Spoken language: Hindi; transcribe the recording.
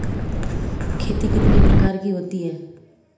खेती कितने प्रकार की होती है?